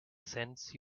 sends